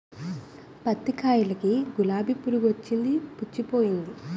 పత్తి కాయలకి గులాబి పురుగొచ్చి పుచ్చిపోయింది